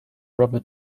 brother